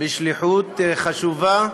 משליחות מאוד חשובה,